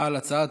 אינו נוכח,